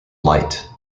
light